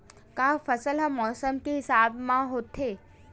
का फसल ह मौसम के हिसाब म होथे?